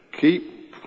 keep